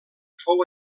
fou